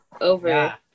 Over